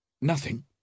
Nothing